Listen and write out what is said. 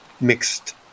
mixed